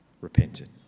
repented